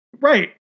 Right